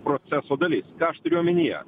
proceso dalis ką aš turiu omenyje